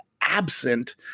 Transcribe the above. absent